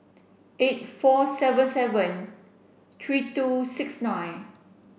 eight four seven seven three two six nine